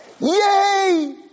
yay